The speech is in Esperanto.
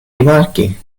rimarki